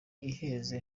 iheze